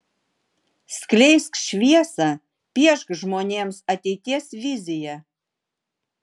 skleisk šviesą piešk žmonėms ateities viziją